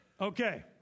Okay